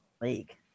league